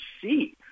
see